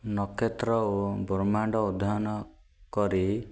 ନକ୍ଷତ୍ର ଓ ବ୍ରହ୍ମାଣ୍ଡ ଅଧ୍ୟୟନ କରି